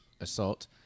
assault